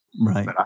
right